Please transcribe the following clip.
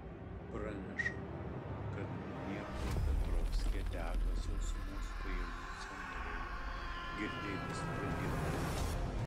pranešama kad dniepropetrovske dega sausumos pajėgų sandėliai girdėti sprogimai